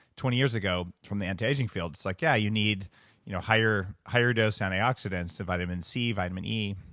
twenty years ago, from the anti-aging field, so like yeah you need you know higher higher dose antioxidants, so vitamin c, vitamin e. e.